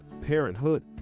parenthood